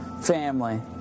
family